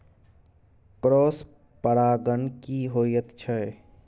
Cross परागण की होयत छै?